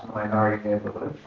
minority neighborhoods.